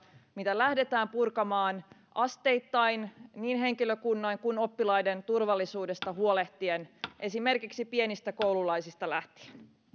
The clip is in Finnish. mitä lähdetään purkamaan asteittain niin henkilökunnan kuin oppilaiden turvallisuudesta huolehtien esimerkiksi pienistä koululaisista lähtien